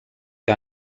que